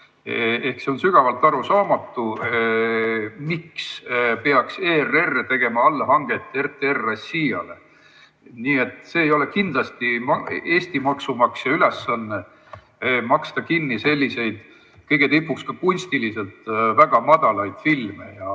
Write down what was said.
See on sügavalt arusaamatu, miks peaks ERR tegema allhanget RTR Rossijale. Kindlasti ei ole Eesti maksumaksja ülesanne maksta kinni selliseid, kõige tipuks ka kunstiliselt väga madalaid filme. Ma